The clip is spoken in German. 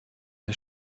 der